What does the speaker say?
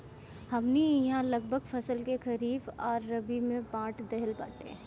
हमनी इहाँ लगभग फसल के खरीफ आ रबी में बाँट देहल बाटे